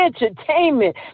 Entertainment